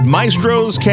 Maestro's